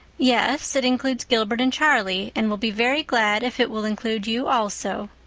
yes, it includes gilbert and charlie, and we'll be very glad if it will include you, also.